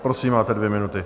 Prosím, máte dvě minuty.